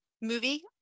movie